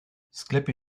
sklepie